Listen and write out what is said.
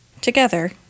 Together